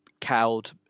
cowed